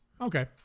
Okay